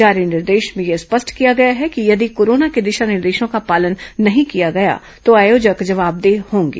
जारी निर्देश में यह स्पष्ट किया गया है कि यदि कोरोना के दिशा निर्देशों का पालन नहीं किया गया तो आयोजक जवाबदेह होंगे